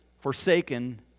forsaken